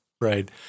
right